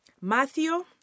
Matthew